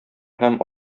һәм